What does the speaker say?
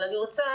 אבל אני רוצה,